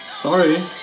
Sorry